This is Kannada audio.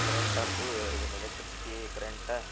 ಕರೆಂಟ್ ಆಯ್ತು ಇದನ್ನ ಎಲೆಕ್ಟ್ರಿಸಿಟಿ ಕರೆಂಟ